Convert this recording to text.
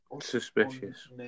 suspicious